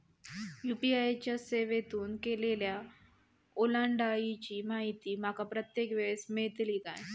UPI च्या सेवेतून केलेल्या ओलांडाळीची माहिती माका प्रत्येक वेळेस मेलतळी काय?